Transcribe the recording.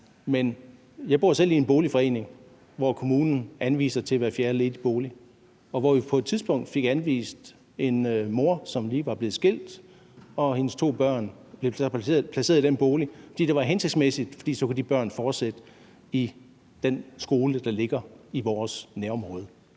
men jeg bor selv i en boligforening, hvor kommunen anviser til hver fjerde ledige bolig, og en mor, som lige var blevet skilt, og hendes to børn fik på et tidspunkt anvist en bolig i den boligforening, fordi det var hensigtsmæssigt, for så kunne de børn fortsætte i den skole, der ligger i vores nærområde.